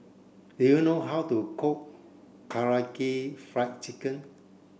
do you know how to cook Karaage Fried Chicken